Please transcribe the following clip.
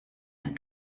ein